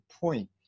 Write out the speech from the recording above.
point